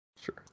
Sure